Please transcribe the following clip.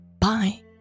Bye